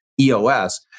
EOS